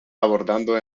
abordando